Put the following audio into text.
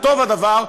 וטוב הדבר,